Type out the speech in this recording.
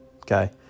okay